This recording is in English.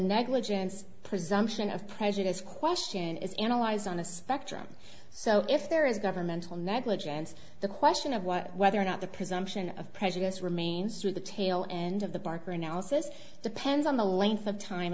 negligence presumption of prejudice question is analyzed on a spectrum so if there is governmental negligence the question of what whether or not the presumption of prejudice remains to the tail end of the barker analysis depends on the length of time